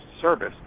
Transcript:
service